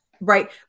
right